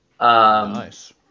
Nice